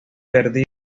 perdido